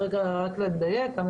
רק לדייק, אני מהמתפ"ש.